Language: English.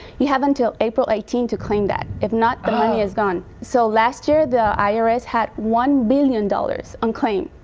you have until april eighteenth to claim that. if not, the money is gone. so last year, the i r s. had one billion dollars unclaimed.